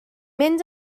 mynd